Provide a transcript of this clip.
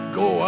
go